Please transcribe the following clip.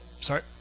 sorry